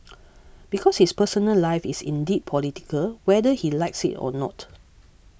because his personal life is indeed political whether he likes it or not